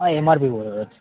हां M R बीवरच